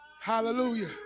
hallelujah